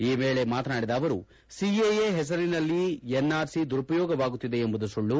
ಈ ವೇಳೆ ಮಾತನಾಡಿದ ಅವರು ಸಿಎಎ ಹೆಸರಿನಲ್ಲಿ ಎನ್ಆರ್ಸಿ ದುರುಪಯೋಗವಾಗುತ್ತಿದೆ ಎಂಬುದು ಸುಳ್ಳು